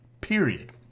period